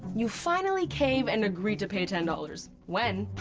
you finally cave and agree to pay ten dollars, when.